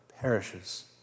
perishes